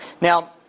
Now